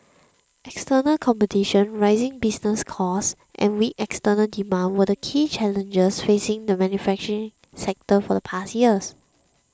external competition rising business costs and weak external demand were key challenges facing the manufacturing sector for the past years